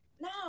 No